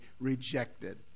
rejected